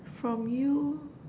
from you